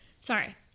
sorry